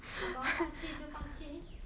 好吧放弃就放弃